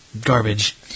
garbage